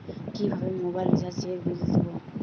কিভাবে মোবাইল রিচার্যএর বিল দেবো?